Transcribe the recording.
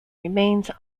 remains